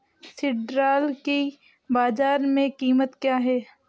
सिल्ड्राल की बाजार में कीमत क्या है?